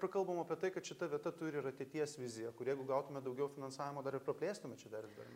prakalbom apie tai kad šita vieta turi ir ateities viziją kur jeigu gautumėt daugiau finansavimo dar ir praplėstum čia dar dar ne